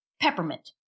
peppermint